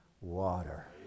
water